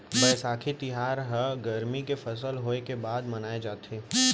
बयसाखी तिहार ह गरमी के फसल होय के बाद मनाए जाथे